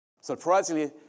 Surprisingly